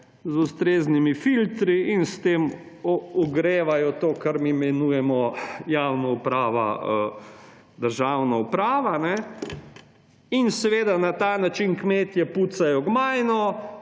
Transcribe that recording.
z ustreznimi filtri in s tem ogrevajo to, kar mi imenujemo javna uprava, državna uprava. In seveda na ta način kmetje pucajo gmajno,